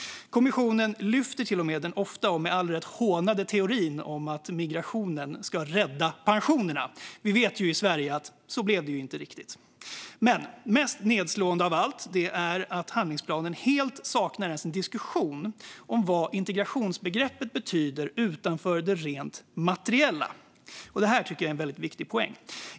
Kommissionen lyfter upp den ofta och med all rätt hånade teorin om att migrationen ska rädda pensionerna. Vi vet här i Sverige att det blev inte riktigt så. Men mest nedslående av allt är att handlingsplanen helt saknar ens en diskussion om vad integrationsbegreppet betyder utanför det rent materiella. Det är en viktig poäng.